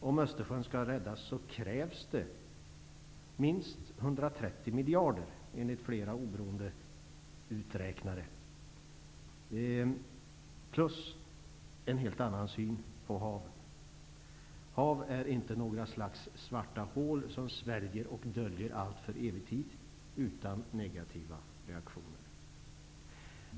Om Östersjön skall räddas, krävs det minst 130 miljarder, enligt flera oberoende uträknare, plus en helt annan syn på haven. Hav är inte något slags svarta hål, som sväljer och döljer allt för evig tid utan negativa reaktioner.